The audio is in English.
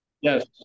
Yes